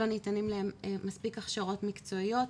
לא ניתנים להם מספיק הכשרות מקצועית,